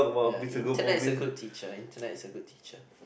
ya internet is a good teacher internet is a good teacher